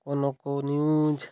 କନକ୍ କେଉଁ ନ୍ୟୁଜ୍